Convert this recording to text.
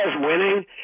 winning